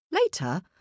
Later